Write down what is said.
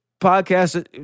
podcast